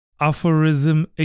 Aphorism